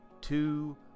two